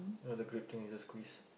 ah the grip thing you just squeeze